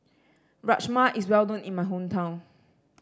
rajma is well known in my hometown